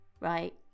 Right